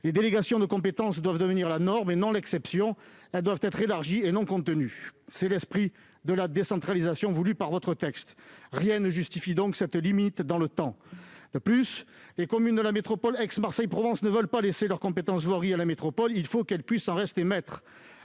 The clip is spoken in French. Les délégations de compétences doivent devenir la norme, et non l'exception ; elles doivent être élargies et non contenues. C'est l'esprit de la décentralisation voulue par votre texte. Rien ne justifie donc cette limite dans le temps. De plus, les communes de la métropole d'Aix-Marseille-Provence ne veulent pas laisser leur compétence voirie à la métropole : il faut qu'elles puissent en conserver la maîtrise.